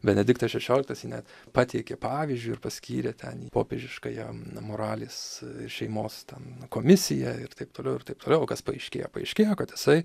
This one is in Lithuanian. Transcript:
benediktas šešioliktas jį net pateikė pavyzdžiu ir paskyrė ten į popiežiškąją na moralės šeimos ten komisiją ir taip toliau ir taip toliau o kas paaiškėjo paaiškėjo kad jisai